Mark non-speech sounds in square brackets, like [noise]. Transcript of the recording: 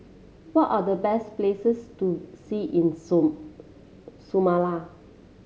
what are the best places to see in [unintelligible] Somalia